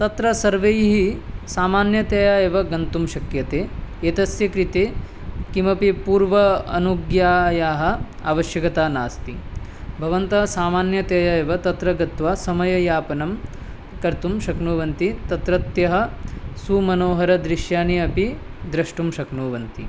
तत्र सर्वैः सामान्यतया एव गन्तुं शक्यते एतस्य कृते किमपि पूर्व अनुज्ञायाः आवश्यकता नास्ति भवन्तः सामान्यतया एव तत्र गत्वा समययापनं कर्तुं शक्नुवन्ति तत्रत्यसुमनोहरदृश्यानि अपि द्रष्टुं शक्नुवन्ति